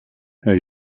herr